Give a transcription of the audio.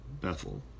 Bethel